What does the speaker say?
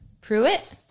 Pruitt